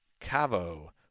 Cavo